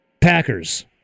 Packers